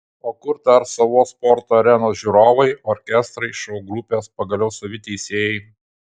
o kur dar savos sporto arenos žiūrovai orkestrai šou grupės pagaliau savi teisėjai